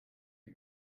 die